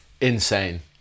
Insane